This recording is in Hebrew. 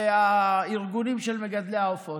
והארגונים של מגדלי העופות.